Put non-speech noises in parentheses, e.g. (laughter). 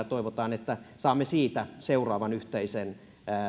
(unintelligible) toivotaan että saamme siitä seuraavan yhteisen